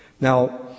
Now